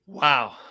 Wow